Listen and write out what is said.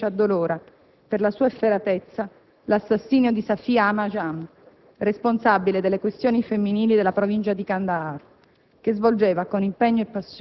Altrettanto ci colpisce e ci addolora, per la sua efferatezza, l'assassinio di Safiya Amajan, responsabile delle questioni femminili della provincia di Kandahar,